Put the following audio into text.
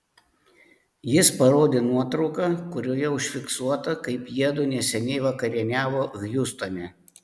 jis parodė nuotrauką kurioje užfiksuota kaip jiedu neseniai vakarieniavo hjustone